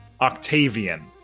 octavian